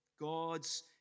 God's